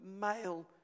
male